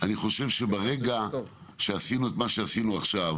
אני חושב שברגע שעשינו את מה שעשינו עכשיו